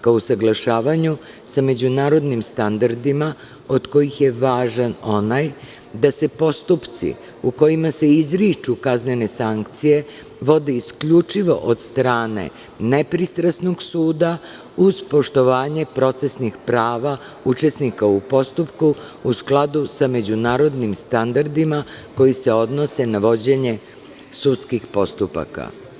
ka usaglašavanju sa međunarodnim standardima, od kojih je važan onaj da se postupci u kojima se izriču kaznene sankcije, vode isključivo od strane nepristrasnog suda, uz poštovanje procesnih prava učesnika u postupku, u skladu sa međunarodnim standardima koji se odnose na vođenje sudskih postupaka.